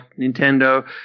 Nintendo